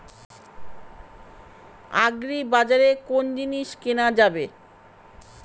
আগ্রিবাজারে কোন জিনিস কেনা যাবে?